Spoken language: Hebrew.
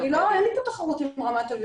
אין פה תחרות עם רמת אביב,